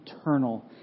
eternal